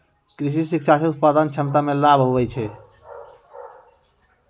कृषि शिक्षा से उत्पादन क्षमता मे लाभ हुवै छै